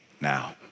now